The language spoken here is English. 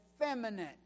effeminate